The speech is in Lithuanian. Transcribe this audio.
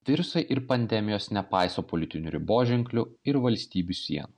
virusai ir pandemijos nepaiso politinių riboženklių ir valstybių sienų